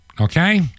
Okay